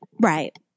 Right